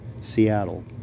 Seattle